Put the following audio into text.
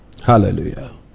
hallelujah